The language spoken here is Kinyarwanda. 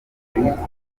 kurushaho